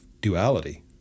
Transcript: duality